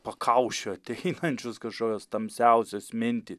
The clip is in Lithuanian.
pakaušio ateinančios kažkokios tamsiausios minty